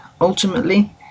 ultimately